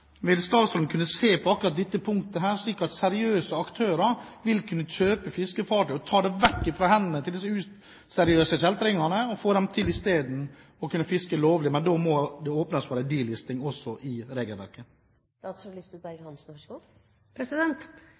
statsråden kunne se på akkurat dette punktet, slik at seriøse aktører vil kunne kjøpe fiskefartøy og ta dem vekk fra hendene til disse useriøse kjeltringene og få dem til isteden å kunne fiske lovlig? Men da må det åpnes for en delisting også i